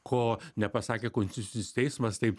ko nepasakė konstitucinis teismas taip